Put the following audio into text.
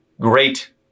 great